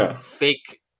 fake